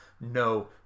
no